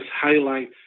highlight